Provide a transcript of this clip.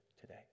today